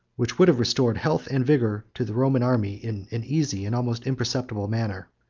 which would have restored health and vigor to the roman army in an easy and almost imperceptible manner.